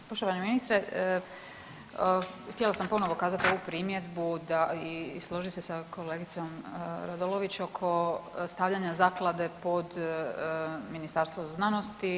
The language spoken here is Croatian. Poštovani ministre, htjela sam ponovno kazati ovu primjedbu i složiti se sa kolegicom Radolović oko stavljanja zaklade pod Ministarstvo znanosti.